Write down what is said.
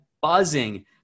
buzzing